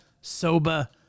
soba